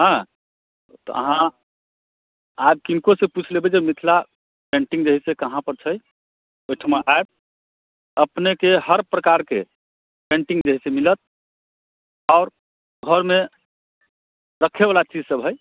हँ तऽ अहाँ आब किनकोसँ पुछि लेबै जे मिथिला पेन्टिंग जे छै से कहाँपर छै ओहिठमा आयब अपनेके हर प्रकारके पेन्टिंग जे हय से मिलत आओर घरमे रखैवला चीज सभ हय